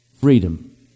Freedom